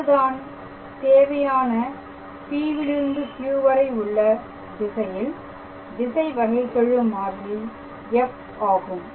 இதுதான் தேவையான P விலிருந்து Q வரை உள்ள திசையில் திசை வகைகெழு மாறிலி f ஆகும்